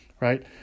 right